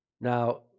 Now